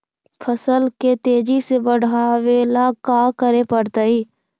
फसल के तेजी से बढ़ावेला का करे पड़तई?